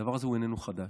הדבר הזה הוא איננו חדש.